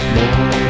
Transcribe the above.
More